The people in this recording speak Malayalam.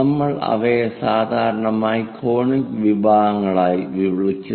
നമ്മൾ അവയെ സാധാരണയായി കോണിക് വിഭാഗങ്ങളായി വിളിക്കുന്നു